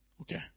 Okay